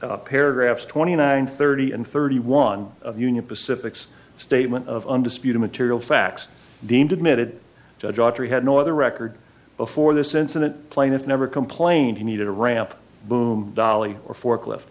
issue paragraphs twenty nine thirty and thirty one of union pacifics statement of undisputed material facts deemed admitted daughtry had no other record before this incident plaintiff never complained he needed a ramp boom dolly or forklift